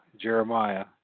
Jeremiah